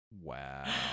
wow